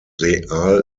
real